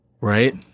Right